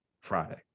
Friday